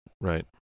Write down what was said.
Right